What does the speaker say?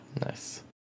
Nice